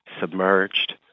submerged